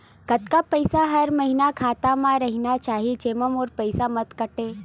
कतका पईसा हर महीना खाता मा रहिना चाही जेमा मोर पईसा मत काटे?